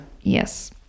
Yes